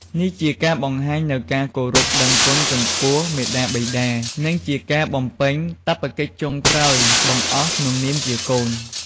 នេះជាការបង្ហាញនូវការគោរពដឹងគុណចំពោះមាតាបិតា និងជាការបំពេញកាតព្វកិច្ចចុងក្រោយបង្អស់ក្នុងនាមជាកូន។